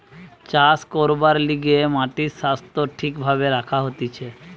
চাষ করবার লিগে মাটির স্বাস্থ্য ঠিক ভাবে রাখা হতিছে